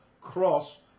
cross